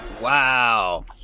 Wow